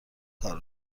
کار